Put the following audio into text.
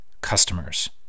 customers